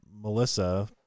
Melissa